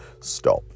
Stop